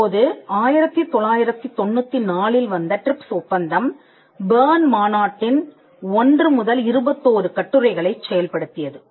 இப்போது 1994 இல் வந்த ட்ரிப்ஸ் ஒப்பந்தம் பெர்ன் மாநாட்டின் ஒன்று முதல் இருபத்தொரு கட்டுரைகளை செயல்படுத்தியது